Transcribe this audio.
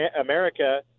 America